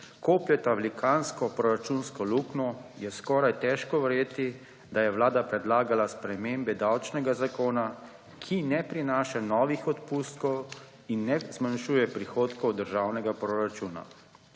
kopljeta velikansko proračunsko luknjo, je skoraj težko verjeti, da je vlada predlagala spremembe davčnega zakona, ki ne prinašajo novih odpustkov in ne zmanjšujejo prihodkov državnega proračuna.